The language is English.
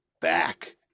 back